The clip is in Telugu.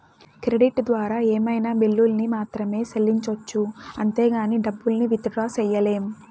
క్రెడిట్ ద్వారా ఏమైనా బిల్లుల్ని మాత్రమే సెల్లించొచ్చు అంతేగానీ డబ్బుల్ని విత్ డ్రా సెయ్యలేం